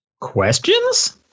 Questions